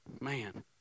Man